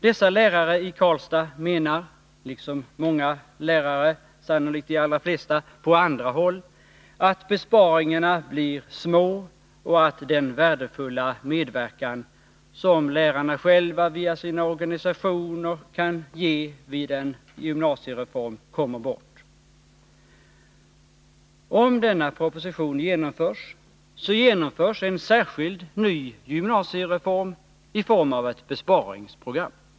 Dessa lärare i Karlstad menar, liksom många lärare — sannolikt de allra flesta — på andra håll, att besparingarna blir små och att den värdefulla medverkan som lärarna själva via sina organisationer kan ge vid en gymnasiereform kommer bort. Om denna proposition genomförs så genomförs en särskild, ny gymnasiereform i form av ett besparingsprogram.